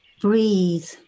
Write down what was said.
Breathe